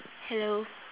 hello